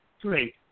Great